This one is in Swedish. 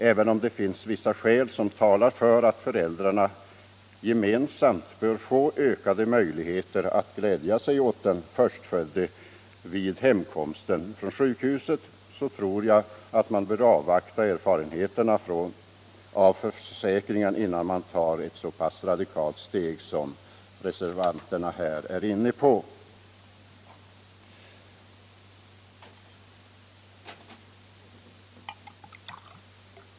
Även om det finns vissa skäl som talar för att föräldrarna gemensamt bör få ökade möjligheter att glädja sig åt den förstfödde vid hemkomsten från sjukhuset, tror jag att man bör avvakta erfarenheterna av försäkringen innan man tar ett så radikalt steg som reservanterna här är inne på.